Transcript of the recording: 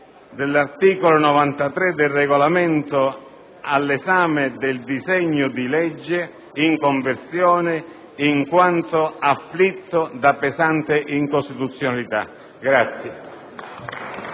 dell'articolo 93 del Regolamento, all'esame del disegno di legge di conversione in quanto afflitto da pesante incostituzionalità.